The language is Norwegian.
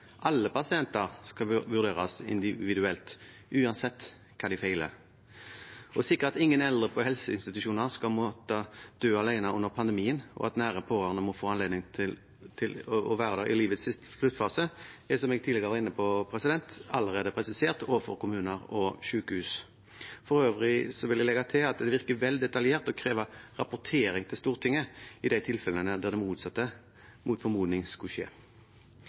Alle pasienter skal vurderes individuelt, uansett hva de feiler. Å sikre at ingen eldre på helseinstitusjoner skal måtte dø alene under pandemien, og at nære pårørende må få anledning til å være der i livets sluttfase, er, som jeg tidligere var inne på, allerede presisert overfor kommuner og sykehus. For øvrig vil jeg legge til at det virker vel detaljert å kreve rapportering til Stortinget i de tilfellene der det motsatte mot